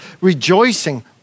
rejoicing